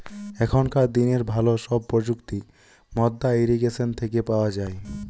এখনকার দিনের ভালো সব প্রযুক্তি মাদ্দা ইরিগেশন থেকে পাওয়া যায়